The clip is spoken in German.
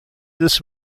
des